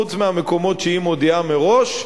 חוץ מהמקומות שהיא מודיעה מראש,